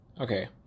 Okay